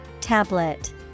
Tablet